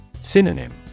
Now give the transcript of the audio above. Synonym